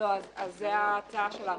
זה ההצעה שלנו.